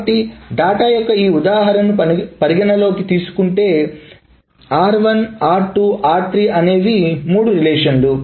కాబట్టి డేటా యొక్క ఈ ఉదాహరణను పరిగణనలోకి తీసుకుంటే r1 r2 r3 అనేవి మూడు రిలేషన్లు